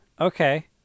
Okay